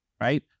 right